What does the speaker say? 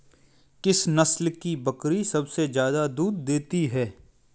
किस नस्ल की बकरी सबसे ज्यादा दूध देती है?